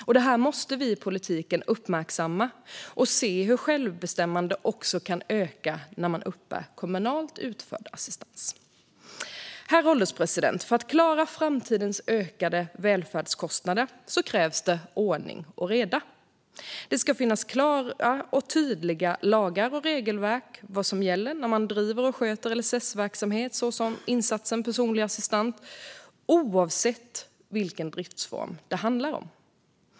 Vi i politiken måste uppmärksamma detta och se hur självbestämmandet kan öka även när man uppbär kommunalt utförd assistans. Herr ålderspresident! För att klara framtidens ökade välfärdskostnader krävs det ordning och reda. Det ska finnas klara och tydliga lagar och regelverk för vad som gäller när man driver och sköter LSS-verksamhet, såsom insatsen personlig assistans, oavsett vilken driftsform det handlar om.